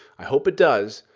i hope it does,